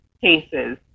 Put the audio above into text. cases